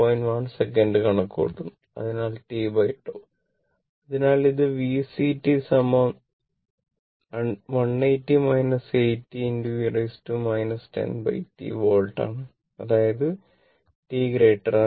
1 second കണക്കുകൂട്ടുന്നു അതിനാൽ t tau അതിനാൽ ഇത് VCt 180 80 e 10 t വോൾട്ട് ആണ് അത് t 0